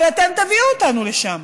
אבל אתם תביאו אותנו לשם.